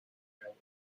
railway